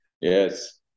Yes